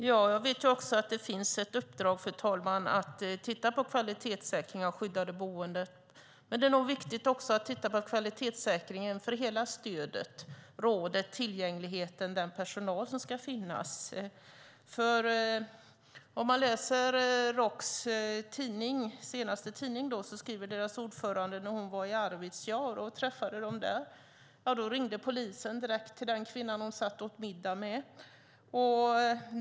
Fru talman! Det finns ett uppdrag att titta på en kvalitetssäkring av skyddade boenden. Det är viktigt att också titta på en kvalitetssäkring av hela stödet, det vill säga tillgänglighet och personal. I Roks senaste tidning skriver deras ordförande om när hon var i Arvidsjaur och träffade kvinnojouren där. Då ringde polisen till den kvinna hon satt och åt middag med.